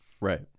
Right